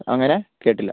അങ്ങനെ കേട്ടില്ല